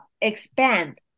expand